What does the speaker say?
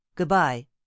Goodbye